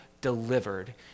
delivered